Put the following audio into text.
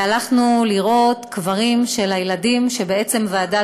הלכנו לראות קברים של הילדים שוועדת